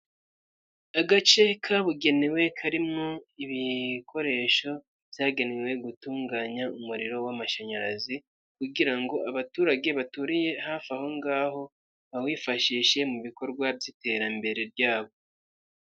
Agace kabugenewe karimo ibikoresho byagenewe gutunganya umuriro w'amashanyarazi kugira ngo abaturage baturiye hafi aho ngaho bawifashishe mu bikorwa by'iterambere ryabo.